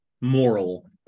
moral